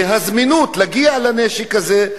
והזמינות של הנשק הזה,